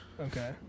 Okay